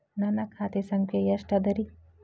ನನ್ನ ಖಾತೆ ಸಂಖ್ಯೆ ಎಷ್ಟ ಅದರಿ?